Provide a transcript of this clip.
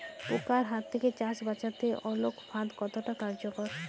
পোকার হাত থেকে চাষ বাচাতে আলোক ফাঁদ কতটা কার্যকর?